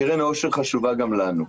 קרן העושר חשובה גם לנו.